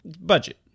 Budget